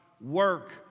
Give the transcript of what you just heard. work